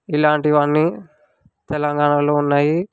ఇలాంటివి అన్నీ తెలంగాణలో ఉన్నాయి